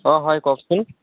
অঁ হয় কওকচোন